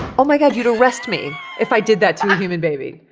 oh my god. you'd arrest me if i did that to a human baby.